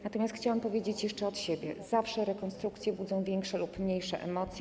Natomiast chciałam powiedzieć jeszcze od siebie, że zawsze rekonstrukcje budzą większe lub mniejsze emocje.